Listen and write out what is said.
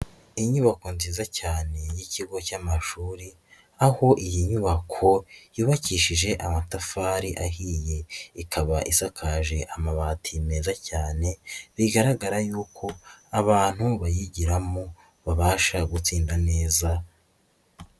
Inyubako nziza cyane y'ikigo cy'amashuri, aho iyi nyubako yubakishije amatafari ahiye. Ikaba isakaje amabati meza cyane, bigaragara yuko abantu bayigiramo babasha gutsinda neza.